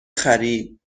خرید